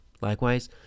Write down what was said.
likewise